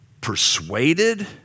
persuaded